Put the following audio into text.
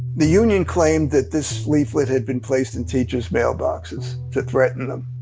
the union claimed that this leaflet had been placed in teachers' mailboxes to threaten them.